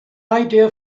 idea